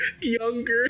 Younger